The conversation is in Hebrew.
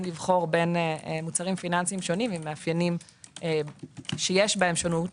לבחור בין מוצרים פיננסיים שונים עם מאפיינים שיש בהם שונות.